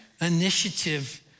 initiative